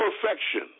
perfection